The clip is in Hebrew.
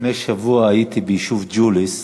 לפני שבוע הייתי ביישוב ג'וליס.